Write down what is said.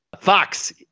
Fox